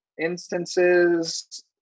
instances